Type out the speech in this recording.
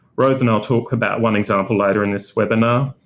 rose and i will talk about one example later in this webinar,